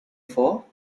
vor